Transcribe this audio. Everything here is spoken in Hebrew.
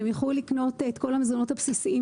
שהם יוכלו לקנות את כל המזונות הבסיסיים